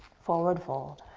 forward fold.